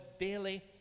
daily